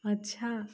अच्छा